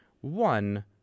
one